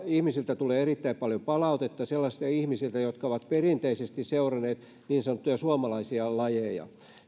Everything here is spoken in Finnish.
ihmisiltä tulee erittäin paljon palautetta sellaisilta ihmisiltä jotka ovat perinteisesti seuranneet niin sanottuja suomalaisia lajeja